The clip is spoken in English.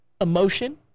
emotion